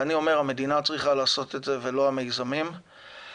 ואני אומר שהמדינה צריכה לעשות את זה ולא האנשים הפרטיים.